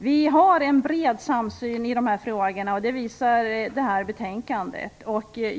Vi har en bred samsyn i dessa frågor, vilket framgår av betänkandet.